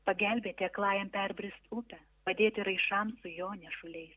pagelbėti aklajam perbrist upę padėti raišam su jo nešuliais